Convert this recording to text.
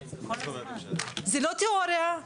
זה לא תיאוריה,